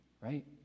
right